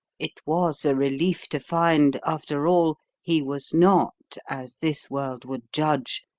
it was a relief to find, after all, he was not, as this world would judge,